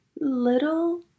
little